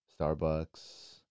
Starbucks